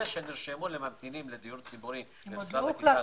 אלה שנרשמו לממתינים לדיור דיבורי זה 22,000,